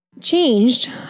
changed